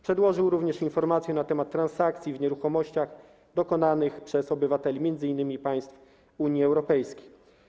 Przedłożył również informację na temat transakcji w zakresie nieruchomości dokonanych przez obywateli m.in. państw Unii Europejskiej.